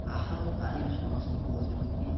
ତାହାର ତାରିଫ ସମସ୍ତେ କରୁଛନ୍ତି